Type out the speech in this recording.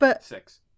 six